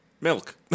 milk